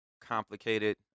complicated